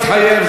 הוא מתחייב.